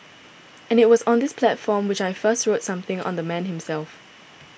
and it was on this platform which I first wrote something on the man himself